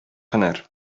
һөнәр